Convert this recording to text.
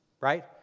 Right